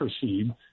proceed